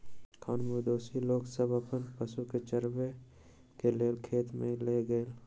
खानाबदोश लोक सब अपन पशु के चरबै के लेल खेत में लय गेल